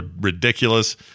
ridiculous